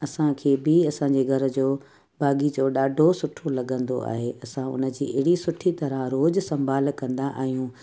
असांखे बि असांजे घर जो बागीचो ॾाढो सुठो लॻंदो आहे असां उनजी अहिड़ी सुठा तरहं रोज संभालु कंदा आहियूं